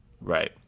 Right